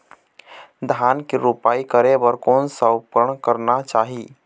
धान के रोपाई करे बर कोन सा उपकरण करना चाही?